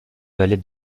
vallée